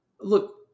Look